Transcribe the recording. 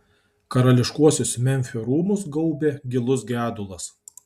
karališkuosius memfio rūmus gaubė gilus gedulas